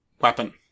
weapon